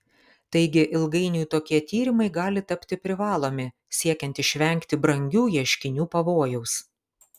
taigi ilgainiui tokie tyrimai gali tapti privalomi siekiant išvengti brangių ieškinių pavojaus